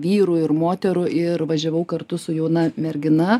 vyrų ir moterų ir važiavau kartu su jauna mergina